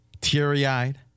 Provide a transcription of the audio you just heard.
teary-eyed